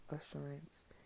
assurance